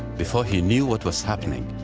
before he knew what was happening,